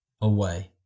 away